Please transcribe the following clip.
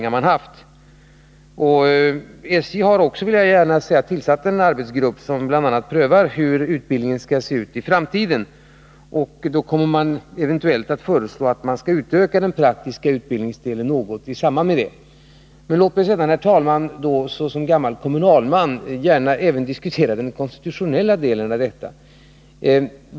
Statens järnvägar har också tillsatt en arbetsgrupp som bl.a. prövar hur utbildningen skall se ut i framtiden. I samband med det kommer man eventuellt att föreslå att den praktiska utbildningsdelen skall utökas något. Låt mig sedan, herr talman, såsom gammal kommunalman också ta upp den konstitutionella delen av frågan till diskussion.